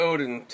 Odin